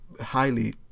highly